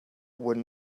wooden